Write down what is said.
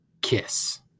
kiss